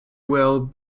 well